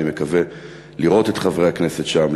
אני מקווה לראות את חברי הכנסת שם,